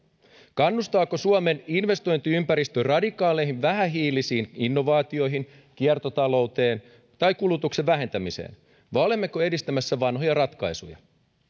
kannustaako suomen investointiympäristö radikaaleihin vähähiilisiin innovaatioihin kiertotalouteen tai kulutuksen vähentämiseen vai olemmeko edistämässä vanhoja ratkaisuja